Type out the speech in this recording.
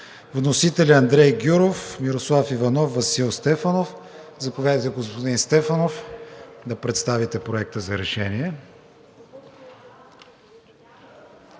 Вносители са Андрей Гюров, Мирослав Иванов, Васил Стефанов. Заповядайте, господин Стефанов, да представите Проекта за решение.